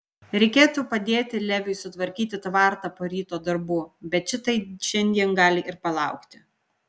reikėtų padėti leviui sutvarkyti tvartą po ryto darbų bet šitai šiandien gali ir palaukti